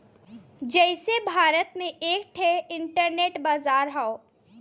जइसे भारत में एक ठे इन्टरनेट बाजार हौ